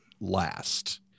last